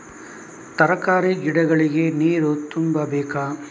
ತರಕಾರಿ ಗಿಡಗಳಿಗೆ ನೀರು ತುಂಬಬೇಕಾ?